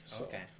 Okay